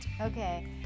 Okay